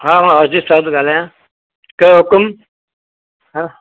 हा हा अजीत शाह थो ॻाल्हायां कयो हुकूम हा